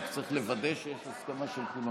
רק צריך לוודא שיש הסכמה של כולם.